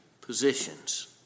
positions